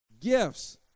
Gifts